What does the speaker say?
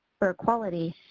for quality,